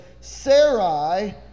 Sarai